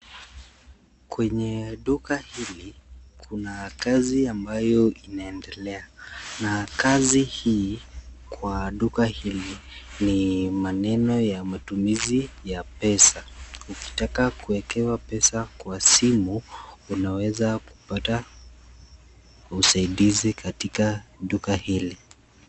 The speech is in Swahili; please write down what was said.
Kwenye duka hili kuna kazi ambayo inaendelea na kazi hii kwa duka hili ni maneno ya matumizi ya pesa. Ukitaka kuekewa pesa kwa simu unaweza kupata usaidizi katika duka hili.